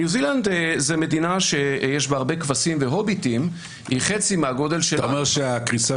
ניו זילנד זאת מדינה שיש בה הרבה והוביטים -- אתה אומר שהקריסה